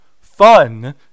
fun